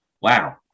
Wow